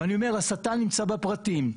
ואני אומר השטן נמצא בפרטים,